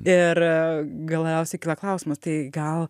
ir galiausiai kyla klausimas tai gal